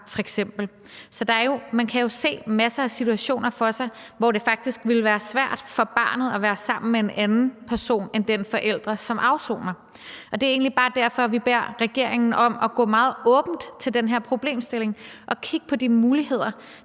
Man kan jo se masser af situationer for sig, hvor det faktisk ville være svært for barnet at være sammen med en anden person end den forælder, som afsoner. Det er egentlig bare derfor, vi beder regeringen om at gå meget åbent til den her problemstilling og kigge på de muligheder,